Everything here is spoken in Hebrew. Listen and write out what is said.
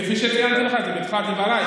כפי שציינתי לך את זה בתחילת דבריי.